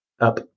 up